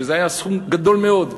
וזה היה סכום גדול מאוד.